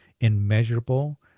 immeasurable